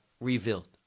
revealed